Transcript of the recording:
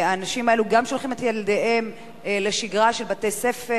האנשים האלו גם שולחים את ילדיהם לשגרה של בתי-ספר,